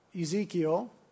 Ezekiel